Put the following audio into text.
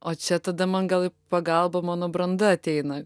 o čia tada man gal į pagalbą mano branda ateina